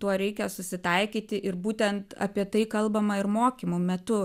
tuo reikia susitaikyti ir būtent apie tai kalbama ir mokymų metu